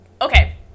Okay